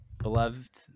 Beloved